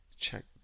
check